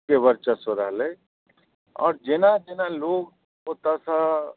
के वर्चश्व रहलै आओर जेना जेना लोक ओतऽसँ